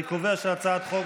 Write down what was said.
אני קובע שהצעת חוק